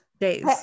days